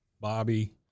Bobby